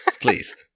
Please